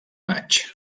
maig